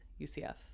UCF